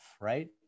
right